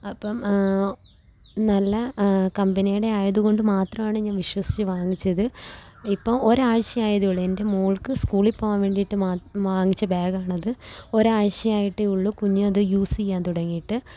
അപ്പോള് നല്ല കമ്പനിയുടെ ആയതുകൊണ്ട് മാത്രമാണ് ഞാന് വിശ്വസിച്ച് വാങ്ങിച്ചത് ഇപ്പോള് ഒരാഴ്ച്ചയായതേ ഉള്ളൂ എന്റെ മോള്ക്ക് സ്കൂളില് പോകാന് വേണ്ടിയിട്ട് വാങ്ങിച്ച ബാഗാണത് ഒരാഴ്ചയായിട്ടെ ഉള്ളൂ കുഞ്ഞത് യൂസെയ്യാന് തുടങ്ങിയിട്ട്